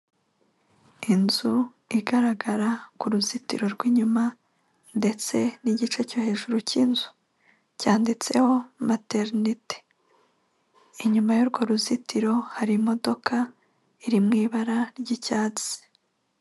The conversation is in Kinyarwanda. Inzu igaragara ku ruzitiro rw'inyuma ndetse n'igice cyo hejuru cy'inzu cyanditseho materinete. Inyuma y'urwo ruzitiro hari imodoka iri mu ibara ry'icyatsi.